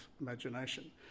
imagination